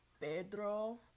Pedro